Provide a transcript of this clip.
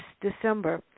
December